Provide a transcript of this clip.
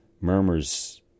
murmurs